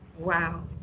wow